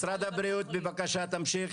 משרד הבריאות, בבקשה תמשיך.